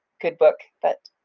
good book, but,